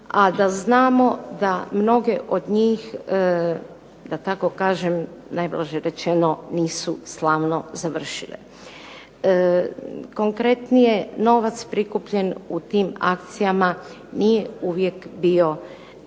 a da znamo da mnoge od njih da tako kažem najblaže rečeno nisu slavno završile. Konkretnije, novac prikupljen u tim akcijama nije uvijek bio namjenski